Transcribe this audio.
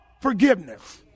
forgiveness